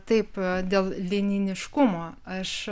taip dėl linijiškumo aš